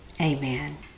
amen